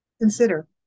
consider